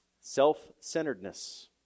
Self-centeredness